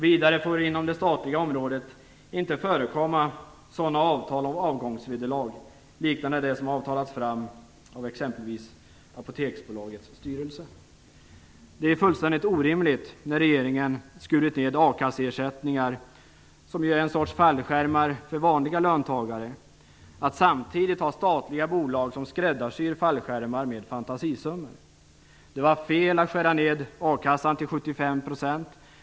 Vidare får det inom det statliga området inte förekomma sådana avtal om avgångsvederlag liknande de som har avtalats fram av exempelvis Apoteksbolagets styrelse. Det är fullständigt orimligt när regeringen skurit ner akasseersättningar, som är en sorts fallskärmar för vanliga löntagare, att samtidigt ha statliga bolag som skräddarsyr fallskärmar med fantasisummor. Det var fel att skära ned a-kasseersättningen till 75 %.